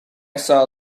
saw